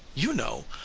you know!